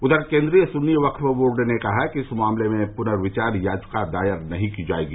उधर केन्द्रीय सुन्नी वक्फ बोर्ड ने कहा था कि इस मामले में पुनर्विचार याचिका दायर नहीं की जायेगी